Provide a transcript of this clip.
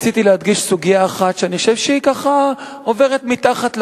רציתי להדגיש סוגיה אחת שאני חושב שהיא ככה עוברת מתחת לרדאר,